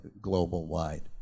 global-wide